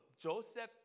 Joseph